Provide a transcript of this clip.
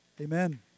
Amen